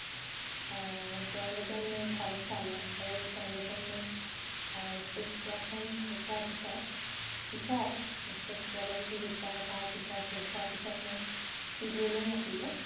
তেওঁলোকে মোৰ ভইচ চালে আৰু তেওঁলোকে মোক ষ্টেজ পাৰফৰ্ম শেষ হোৱাৰ পিছত পিছত ষ্টেজ প্ৰগেমবোৰ যেতিয়া হয় তাৰ পিছত শেষ হোৱাৰ পিছত মোক ষ্টুডিঅ'লৈ মাতিলে